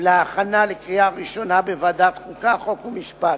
להכנה לקריאה ראשונה בוועדת החוקה, חוק ומשפט.